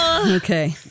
Okay